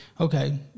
okay